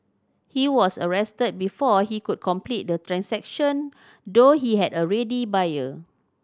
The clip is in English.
he was arrested before he could complete the transaction though he had a ready buyer